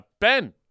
Ben